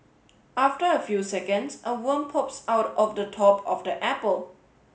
after a few seconds a worm pops out of the top of the apple